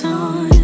on